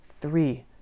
three